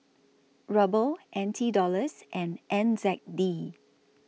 Ruble N T Dollars and N Z D